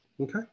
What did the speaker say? Okay